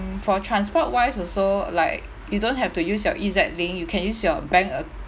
for transport wise also like you don't have to use your E_Z link you can use your bank account